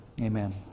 Amen